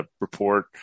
report